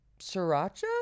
sriracha